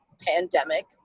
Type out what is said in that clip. pandemic